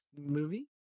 movie